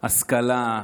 השכלה?